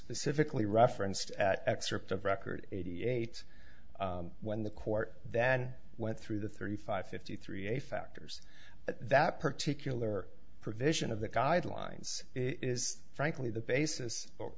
specifically referenced at excerpt of record eighty eight when the court then went through the thirty five fifty three a factors but that particular provision of the guidelines is frankly the basis for